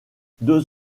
deux